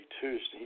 Tuesday